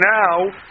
now